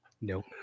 nope